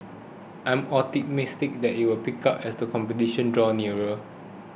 I am optimistic that it will pick up as the competition draw nearer